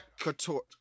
Couture